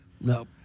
No